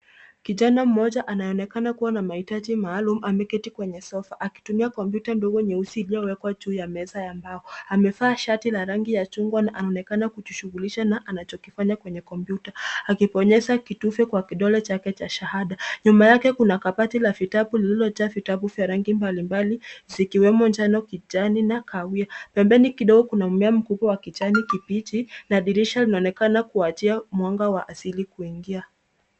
Kijana mmoja anayeonekana kuwa na mahitaji maalum ameketi kwenye sofa akitumia komputa ndogo nyeusi iliyowekwa juu ya meza ya mbao. Amevaa shati la rangi ya chungwa na anaonekana kujishughulisha na anachokifanya kwenye komputa akibonyesha kitufe kwa kidole chake cha shahada. Nyuma yake kuna kabati la vitabu lililojaa vitabu vya rangi mbalimbali zikiwemo njano, kijani na kahawia. Pembeni kidogo kuna mmea mkubwa wa kijani kibichi na dirisha linaonekana kuachia mwanga wa asili kuingia.